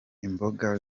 imboga